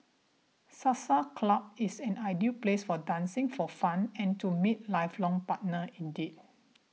salsa club is an ideal place for dancing for fun and to meet lifelong partner indeed